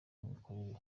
imikorere